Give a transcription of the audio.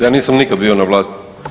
Ja nisam nikad bio na vlasti.